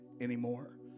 anymore